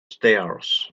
stairs